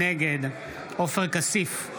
נגד עופר כסיף,